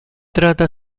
trata